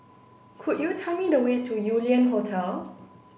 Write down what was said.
could you tell me the way to Yew Lian Hotel